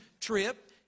trip